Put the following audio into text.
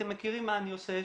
אתם מכירים מה אני עושה,